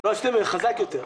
שלא עשיתם את זה חזק יותר.